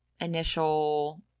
initial